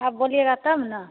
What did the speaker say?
आप बोलिएगा तब ना